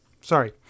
sorry